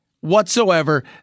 whatsoever